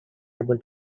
able